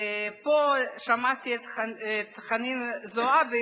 שמעתי פה את חנין זועבי,